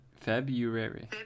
February